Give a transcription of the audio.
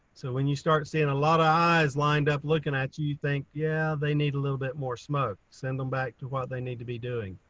so when you start seeing a lot if eyes lined up looking at you you think, yeah they need a little bit more smoke. send them back to what they need to be doing.